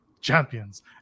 Champions